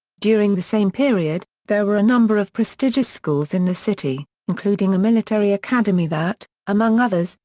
during the same period, there were a number of prestigious schools in the city, including a military academy that, among others,